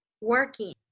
working